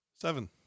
Seven